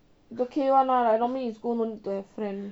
it's okay [one] lah like normally in school no need to have friend